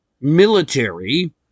military